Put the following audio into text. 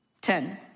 Ten